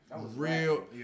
real